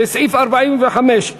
לסעיף 45(1)